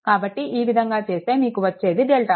కాబట్టి ఈ విధంగా చేస్తే మీకు వచ్చేది డెల్టా